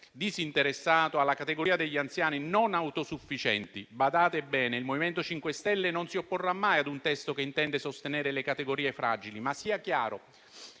disinteressato" alla categoria degli anziani non autosufficienti. Badate bene, il MoVimento 5 Stelle non si opporrà mai ad un testo che intende sostenere le categorie fragili, ma sia chiaro